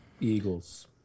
Eagles